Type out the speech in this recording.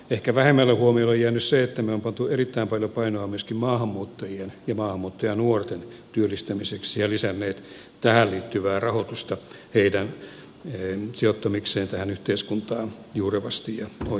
ehkä vähemmälle huomiolle on jäänyt se että me olemme panneet erittäin paljon painoa myöskin maahanmuuttajien ja maahanmuuttajanuorten työllistämiseksi ja lisänneet tähän liittyvää rahoitusta heidän sijoittamisekseen tähän yhteiskuntaan juurevasti ja oikealla tavalla